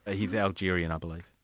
ah he's algerian, i believe.